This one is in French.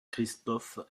christophe